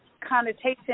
connotation